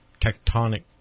tectonic